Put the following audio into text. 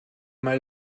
mal